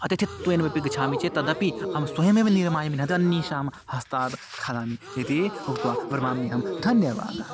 अतः चित्तेन अपि गच्छामि चेत् तदपि अहं स्वयमेव निर्माय न अन्येषां हस्तात् खादामि इति उक्त्वा वरमाम्यहं धन्यवादः